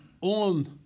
on